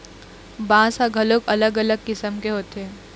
बांस ह घलोक अलग अलग किसम के होथे